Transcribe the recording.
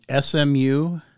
SMU